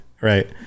right